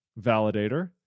validator